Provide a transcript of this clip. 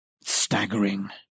Staggering